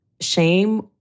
shame